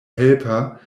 helper